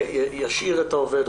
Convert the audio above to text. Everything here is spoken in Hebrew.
בלבד שישאיר את העובד,